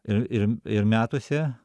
ir ir ir metuose